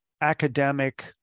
academic